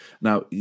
now